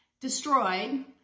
destroyed